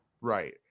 right